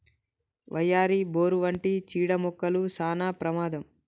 వయ్యారి, బోరు వంటి చీడ మొక్కలు సానా ప్రమాదం